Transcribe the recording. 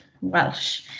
Welsh